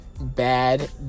bad